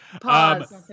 pause